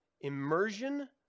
immersion